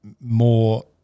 more